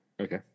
Okay